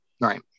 Right